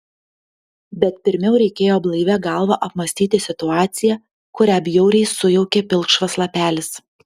bet pirmiau reikėjo blaivia galva apmąstyti situaciją kurią bjauriai sujaukė pilkšvas lapelis